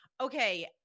Okay